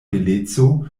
beleco